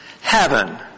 heaven